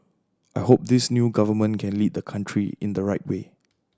I hope this new government can lead the country in the right way